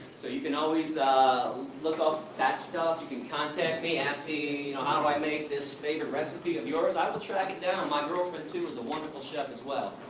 so you can always um look up that stuff, you can contact me, ask me how do i make this favorite recipe of yours. i will track it down my girlfriend, too, is a wonderful chef as well.